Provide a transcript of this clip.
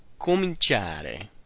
COMINCIARE